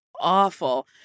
Awful